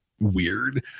weird